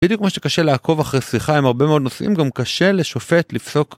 בדיוק מה שקשה לעקוב אחרי שיחה עם הרבה מאוד נושאים, גם קשה לשופט לפסוק.